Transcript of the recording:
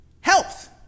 health